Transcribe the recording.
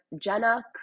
Jenna